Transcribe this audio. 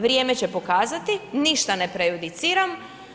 Vrijeme će pokazati, ništa ne prejudiciram.